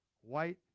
white